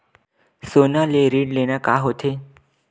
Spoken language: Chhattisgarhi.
सोना ले ऋण लेना का होथे?